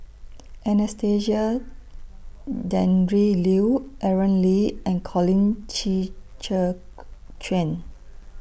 Anastasia Tjendri Liew Aaron Lee and Colin Qi Zhe Quan